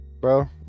bro